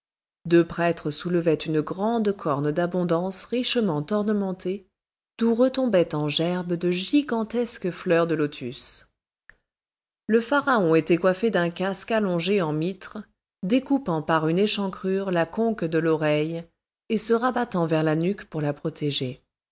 deux prêtres soulevaient une grande corne d'abondance richement ornementée d'où retombaient en gerbes de gigantesques fleurs de lotus le pharaon était coiffé d'un casque allongé en mitre découpant par une échancrure la conque de l'oreille et se rabattant vers la nuque pour la protéger